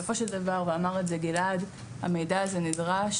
בסופו של דבר ואמר את זה גלעד - המידע הזה נדרש